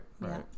Right